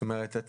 זאת אומרת,